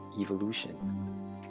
evolution